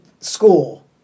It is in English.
school